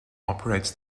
operates